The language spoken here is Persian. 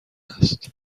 است